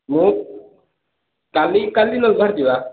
ମୁଁ କାଲି କାଲି ନହେଲେ ବାହାରିଯିବା